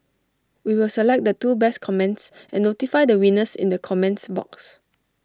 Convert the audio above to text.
we will select the two best comments and notify the winners in the comments box